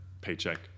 paycheck